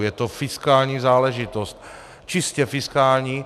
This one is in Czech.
Je to fiskální záležitost, čistě fiskální.